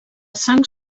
sang